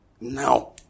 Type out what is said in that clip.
Now